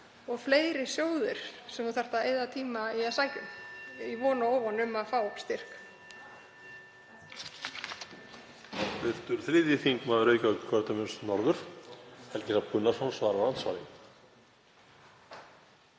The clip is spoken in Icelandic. og fleiri sjóðir sem þarf að eyða tíma í að sækja í, í von og óvon um að fá styrk?